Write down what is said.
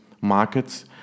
markets